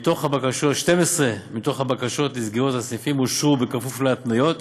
12 מהבקשות לסגירת סניפים אושרו בכפוף להתניות,